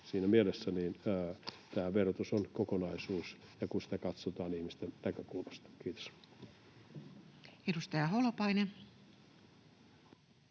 Siinä mielessä tämä verotus on kokonaisuus, kun sitä katsotaan ihmisten näkökulmasta. — Kiitos. [Speech